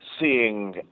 seeing